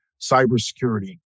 cybersecurity